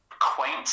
quaint